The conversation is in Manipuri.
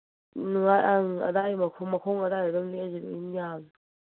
ꯅꯨꯡꯉꯥꯏ ꯑꯗꯥꯏ ꯃꯈꯣꯡ ꯑꯗꯨꯋꯥꯏꯗꯨꯗ ꯑꯗꯨꯝ ꯂꯦꯛꯑꯁꯨ ꯑꯗꯨꯝ ꯌꯥꯕꯅꯤ